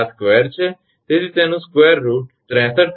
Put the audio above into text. આ વર્ગ છે તેથી તેનું વર્ગમૂળ 63